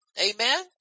Amen